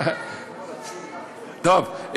טוב.